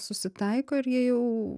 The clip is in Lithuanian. susitaiko ir jie jau